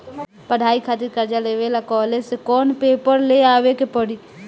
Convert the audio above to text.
पढ़ाई खातिर कर्जा लेवे ला कॉलेज से कौन पेपर ले आवे के पड़ी?